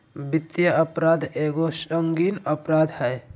वित्तीय अपराध एगो संगीन अपराध हइ